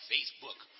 Facebook